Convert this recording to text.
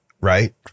right